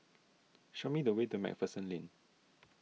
show me the way to MacPherson Lane